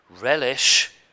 relish